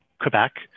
Quebec